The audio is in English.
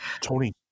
Tony